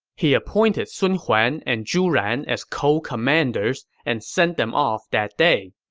he appointed sun huan and zhu ran as co-commanders and sent them off that day.